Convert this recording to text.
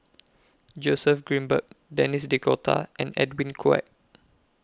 Joseph Grimberg Denis D'Cotta and Edwin Koek